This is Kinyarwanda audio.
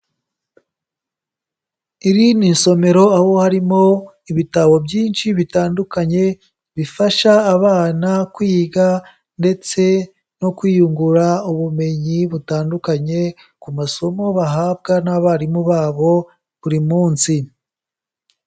Iri ni isomero, aho harimo ibitabo byinshi bitandukanye, bifasha abana kwiga ndetse no kwiyungura ubumenyi butandukanye, ku masomo bahabwa n'abarimu babo buri munsi.